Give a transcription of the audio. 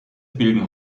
bilden